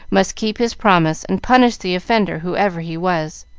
must keep his promise and punish the offender, whoever he was.